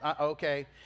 okay